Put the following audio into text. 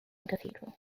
cathedral